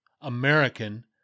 American